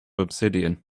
obsidian